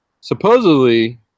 supposedly